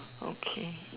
okay